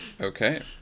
Okay